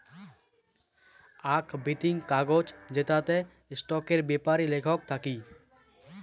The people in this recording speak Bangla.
আক বিতিং কাগজ জেতাতে স্টকের বেপারি লেখক থাকি